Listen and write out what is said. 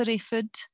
food